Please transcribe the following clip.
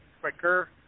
quicker